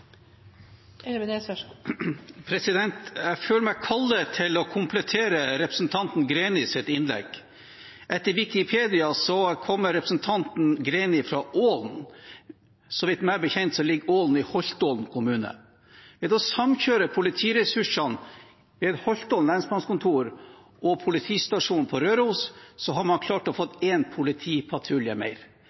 innlegg. Ifølge Wikipedia kommer representanten Greni fra Ålen. Meg bekjent ligger Ålen i Holtålen kommune. Ved å samkjøre politiressursene ved Holtålen lensmannskontor og politistasjonen på Røros har man klart å få én politipatrulje mer.